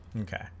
okay